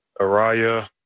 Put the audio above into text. Araya